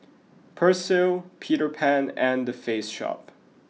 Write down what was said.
Persil Peter Pan and The Face Shop